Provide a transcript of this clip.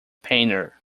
painter